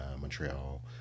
Montreal